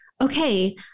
okay